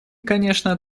конечно